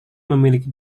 memiliki